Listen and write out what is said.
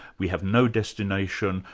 we have no destination,